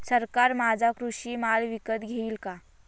सरकार माझा कृषी माल विकत घेईल का?